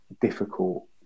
difficult